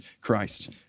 Christ